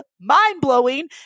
mind-blowing